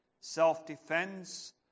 self-defense